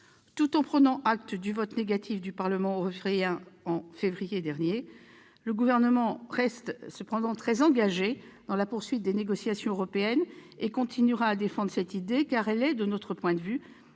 Tout en prenant acte du vote négatif du Parlement européen en février dernier, le Gouvernement reste très engagé dans la poursuite des négociations européennes et continuera à défendre cette idée, car elle est, de notre point de vue,